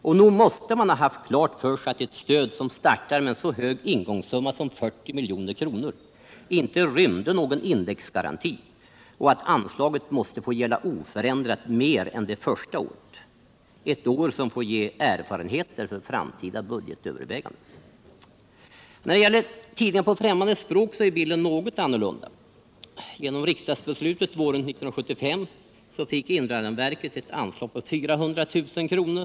Och nog måste man ha haft klart för sig att ett stöd som startar med en så hög ingångssumma som 40 milj.kr. inte rymde någon indexgaranti och att anslaget måste få gälla oförändrat mer än det första året, ett år som får ge erfarenheter för framtida budgetöverväganden. När det gäller tidningar på främmande språk är bilden något annorlunda. Genom riksdagsbeslutet våren 1975 fick invandrarverket ett anslag på 400 000 kr.